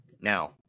Now